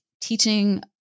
teaching